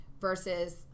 Versus